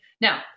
Now